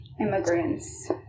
immigrants